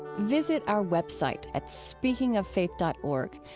visit our web site at speakingoffaith dot org.